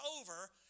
over